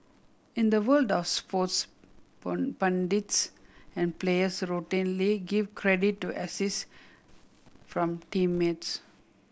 in the world of sports pundits and players routinely give credit to assist from teammates